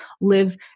live